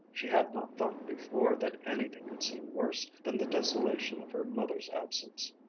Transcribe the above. she had not thought before that anything could seem worse than the desolation of her mother's absence.